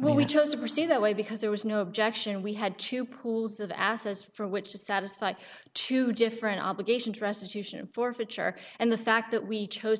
when we chose to pursue that way because there was no objection we had two pools of assets for which is satisfied two different obligations restitution and forfeiture and the fact that we chose